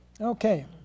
Okay